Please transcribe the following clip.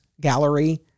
gallery